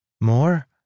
More